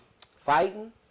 fighting